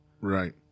Right